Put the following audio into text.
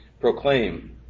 proclaim